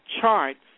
charts